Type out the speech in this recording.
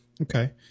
Okay